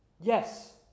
Yes